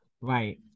right